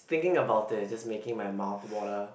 thinking about it is just making my mouth water